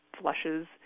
flushes